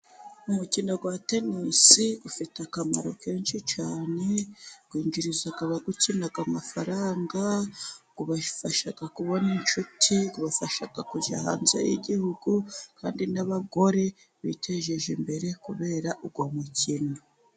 Umukino wa tenisi ufite akamaro kenshi cyane, winjiriza abawukina amafaranga ubafasha kubona inshuti, ubafasha kujya hanze y'igihugu kandi n'abagore bitejeje imbere kubera uwo mukino.